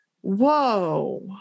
Whoa